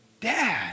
Dad